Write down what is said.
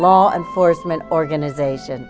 law enforcement organization